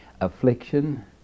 affliction